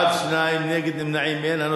בעד, 2, נגד, אין, נמנעים, אין.